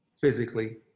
physically